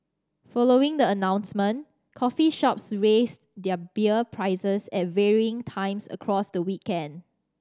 following the announcement coffee shops raised their beer prices at varying times across the weekend